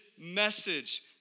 message